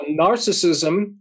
Narcissism